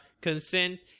consent